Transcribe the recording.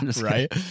right